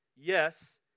Yes